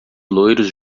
loiros